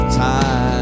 time